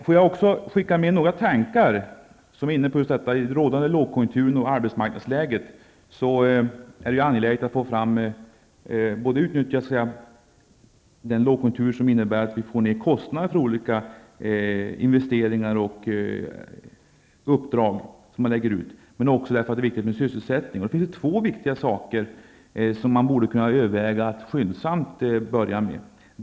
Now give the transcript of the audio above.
Får jag också skicka med några tankar om att det är angeläget att utnyttja den rådande lågkonjunkturen och det nuvarande arbetsmarknadsläget, som innebär att vi kan få ned kostnaderna för olika investeringar och uppdrag som läggs ut. Dessutom är sysselsättningen viktig. Här finns två viktiga saker som man borde kunna överväga att skyndsamt börja med.